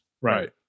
Right